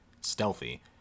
stealthy